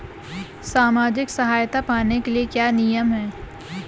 सामाजिक सहायता पाने के लिए क्या नियम हैं?